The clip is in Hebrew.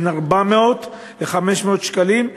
בין 400 ל-500 שקלים,